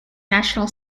national